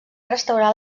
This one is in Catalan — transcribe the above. restaurar